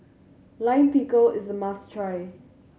Lime Pickle is a must try